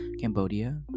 Cambodia